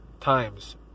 times